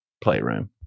playroom